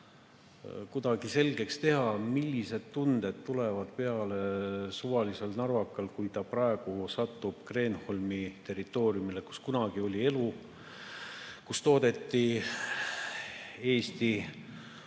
kuidagi selgeks teha, millised tunded tulevad peale suvalisel narvakal, kui ta praegu satub Kreenholmi territooriumile, kus kunagi kees elu, kus toodeti kuni